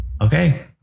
Okay